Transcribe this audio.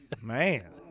Man